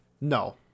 No